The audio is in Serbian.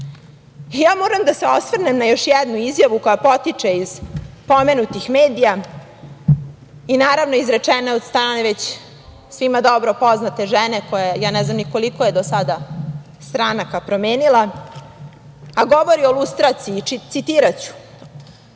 da se osvrnem na još jednu izjavu koja potiče iz pomenutih medija i naravno, izrečene od strane, već svim dobro poznate žene koja, ja ne znam ni koliko do sada stranaka promenila, a govori o lustraciji, citiraću